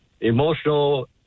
emotional